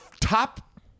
top